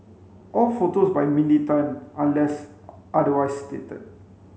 all photos by Mindy Tan unless otherwise stated